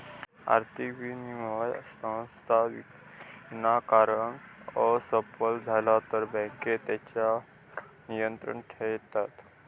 आर्थिक विनिमय संस्था विनाकारण असफल झाले तर बँके तेच्यार नियंत्रण ठेयतत